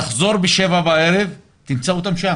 תחזור ב-19:00 בערב, תמצא אותם שם.